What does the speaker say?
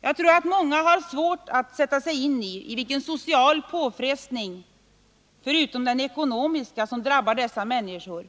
Jag tror att många har svårt att sätta sig in i vilken social påfrestning, förutom den ekonomiska, som drabbar dessa människor.